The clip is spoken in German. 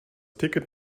ticket